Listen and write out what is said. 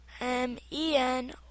M-E-N